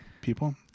people